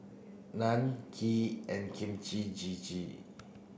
Naan Kheer and Kimchi Jjigae